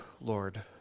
Lord